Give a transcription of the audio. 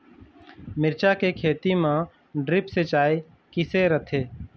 मिरचा के खेती म ड्रिप सिचाई किसे रथे?